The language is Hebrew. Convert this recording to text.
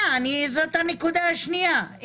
זאת הנקודה השנייה.